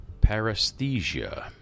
paresthesia